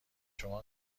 شما